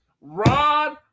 rod